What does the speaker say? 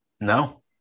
No